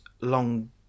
long